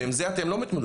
ועם זה אתם לא מתמודדים.